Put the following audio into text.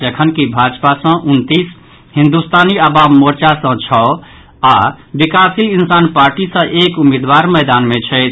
जखनकि भाजपा सँ उनतीस हिन्दुस्तानी आवाम मोर्चा सँ छओ आओर विकासशील इंसान पार्टी सँ एक उम्मीदवार मैदान मे छथि